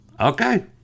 Okay